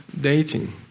dating